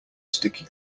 sticky